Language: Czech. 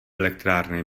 elektrárny